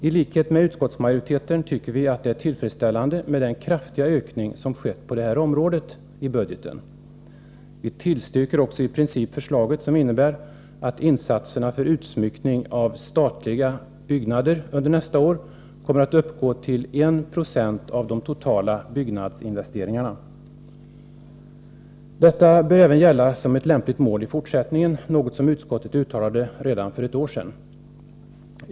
I likhet med utskottsmajoriteten tycker vi att det är tillfredsställande med den kraftiga ökning i budgetpropositionen som har skett på det här området. Vi tillstyrker också i princip förslaget, som innebär att insatserna för utsmyckning av nya statliga byggnader under nästa år kommer att uppgå till 196 av de totala byggnadsinvesteringarna. Detta bör även gälla som ett lämpligt mål i fortsättningen, något som utskottet uttalade redan för ett år sedan.